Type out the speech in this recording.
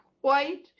white